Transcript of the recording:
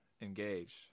engaged